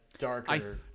Darker